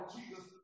Jesus